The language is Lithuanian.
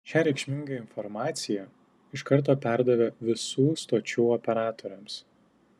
šią reikšmingą informaciją iš karto perdavė visų stočių operatoriams